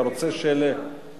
אתה רוצה לחבר.